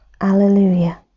alleluia